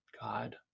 God